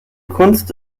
kunst